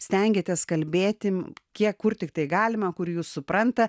stengiatės kalbėti kiek kur tiktai galima kur jus supranta